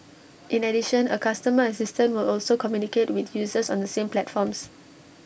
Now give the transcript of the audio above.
in addition A customer assistant will also communicate with users on the same platforms